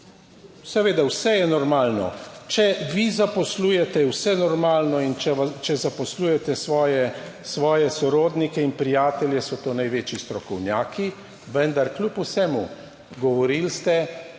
Seveda, vse je normalno, če vi zaposlujete, vse normalno in če zaposlujete svoje, svoje sorodnike in prijatelje, so to največji strokovnjaki. Vendar kljub vsemu, govorili ste,